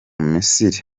misiri